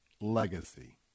legacy